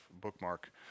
bookmark